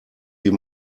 wie